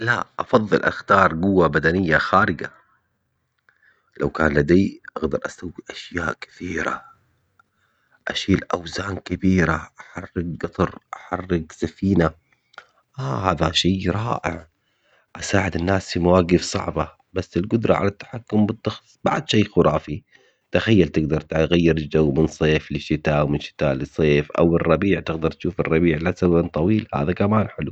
لا افضل اختار قوة بدنية خارجة. لو كان لدي اقدر اسوق اشياء كثيرة. اشيل اوزان كبيرة احرق قطر احرق سفينة. اه هذا شي رائع. اساعد الناس في مواقف صعبة. بس القدرة على التحكم بالضغط بعد شي خرافي. تخيل تقدر تغير الجو من صيف لشتاء ومن شتاء لصيف او الربيع تقدر تشوف الربيع لسوا طويل. هذا كمان حلو